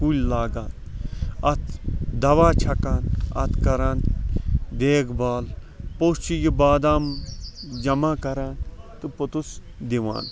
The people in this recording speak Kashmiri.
کُلۍ لاگان اتھ دَوا چھَکان اتھ کران دیکھ بال پوٚتُس چھُ یہِ بادام جَمَع کران تہٕ پوٚتُس دِوان